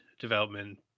development